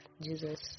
Jesus